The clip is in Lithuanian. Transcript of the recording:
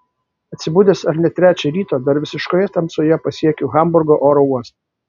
atsibudęs ar ne trečią ryto dar visiškoje tamsoje pasiekiu hamburgo oro uostą